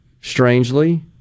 strangely